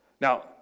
now